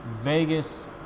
Vegas